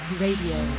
radio